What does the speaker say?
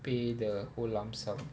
pay the whole lump sum